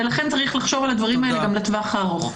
ולכן צריך לחשוב על הדברים האלה גם לטווח הארוך.